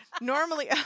Normally